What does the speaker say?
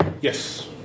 yes